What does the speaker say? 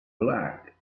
black